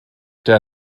der